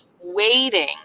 waiting